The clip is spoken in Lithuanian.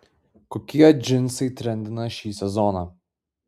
kokie džinsai trendina šį sezoną